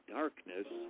darkness